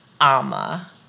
Ama